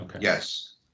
yes